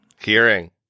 Hearing